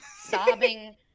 sobbing